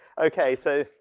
okay. so,